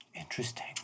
Interesting